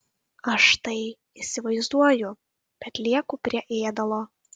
aš tai įsivaizduoju bet lieku prie ėdalo